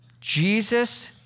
Jesus